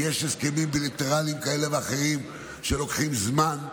כי יש הסכמים בילטרליים כאלה ואחרים שלוקחים זמן,